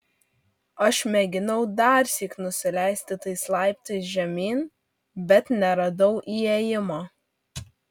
aš mėginau darsyk nusileisti tais laiptais žemyn bet neradau įėjimo